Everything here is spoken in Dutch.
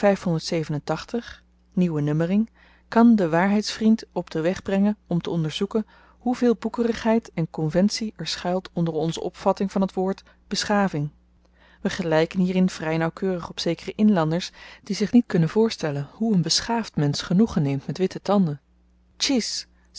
nieuwe nummering kan den waarheidsvriend op den weg brengen om te onderzoeken hoeveel boekerigheid en konventie er schuilt onder onze opvatting van t woord beschaving we gelyken hierin vry nauwkeurig op zekere inlanders die zich niet kunnen voorstellen hoe n beschaafd mensch genoegen neemt met witte tanden